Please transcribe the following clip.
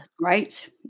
right